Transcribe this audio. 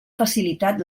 facilitat